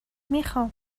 میخام